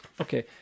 Okay